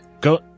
go